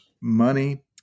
money